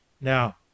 Now